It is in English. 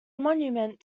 monument